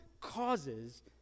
causes